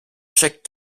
chaque